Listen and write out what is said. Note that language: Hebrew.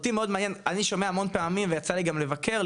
אני שומע הרבה פעמים ויצא לי גם לבקר,